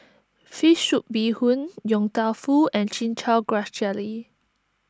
Fish Soup Bee Hoon Yong Tau Foo and Chin Chow Grass Jelly